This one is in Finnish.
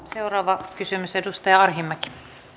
seuraava kysymys edustaja arhinmäki